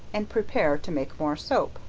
and prepare to make more soap,